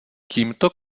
tímto